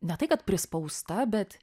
ne tai kad prispausta bet